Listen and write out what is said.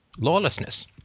lawlessness